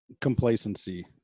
Complacency